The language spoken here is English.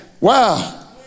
Wow